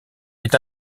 est